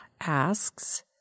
asks